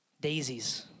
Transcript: daisies